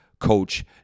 Coach